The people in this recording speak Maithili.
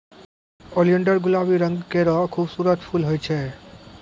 ओलियंडर गुलाबी रंग केरो खूबसूरत फूल होय छै